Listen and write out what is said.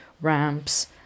ramps